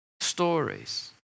stories